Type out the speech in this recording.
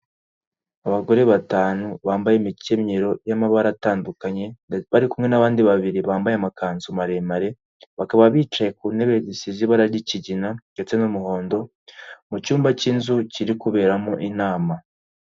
Abagore batanu bambaye imikenyero y'amabara atandukanye, bari kumwe n'abandi babiri bambaye amakanzu maremare, bakaba bicaye ku ntebe zisize ibara ry'ikigina ndetse n'umuhondo, mu cyumba cy'inzu kiri kuberamo inama.